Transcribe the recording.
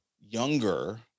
younger